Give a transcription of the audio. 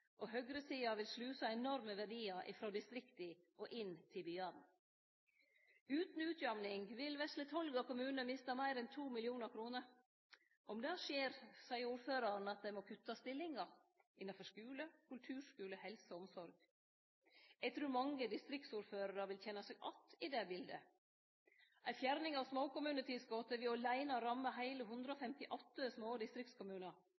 Og høgresida vil sluse enorme verdiar frå distrikta og inn til byane. Utan utjamning vil vesle Tolga kommune miste meir enn 2 mill. kr. Om det skjer, seier ordføraren at dei må kutte stillingar innanfor skule, kulturskule, helse og omsorg. Eg trur mange distriktsordførarar vil kjenne seg att i det biletet. Ei fjerning av småkommunetilskotet vil aleine ramme heile 158 små distriktskommunar.